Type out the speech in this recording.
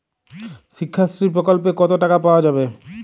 শিক্ষাশ্রী প্রকল্পে কতো টাকা পাওয়া যাবে?